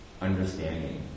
understanding